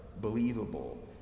believable